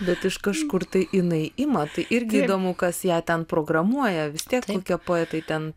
bet iš kažkur tai jinai ima tai irgi įdomu kas ją ten programuoja vis tiek kokie poetai ten